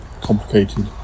complicated